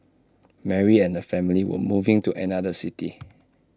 Mary and her family were moving to another city